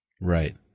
right